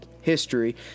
history